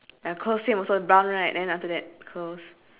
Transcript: we need two more eh